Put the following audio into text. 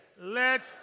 Let